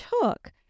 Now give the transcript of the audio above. took